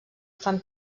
fan